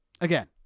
again